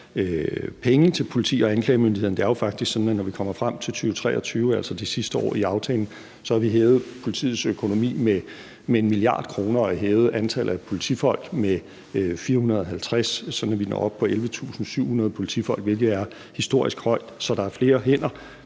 af politifolk. Det er jo faktisk sådan, at vi, når vi kommer frem til 2023, altså de sidste år i aftalen, har hævet politiets økonomi med 1 mia. kr., og at vi har hævet antallet af politifolk med 450, sådan at vi når op på 11.700 politifolk, hvilket er historisk højt. Så der er flere hænder